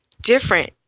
different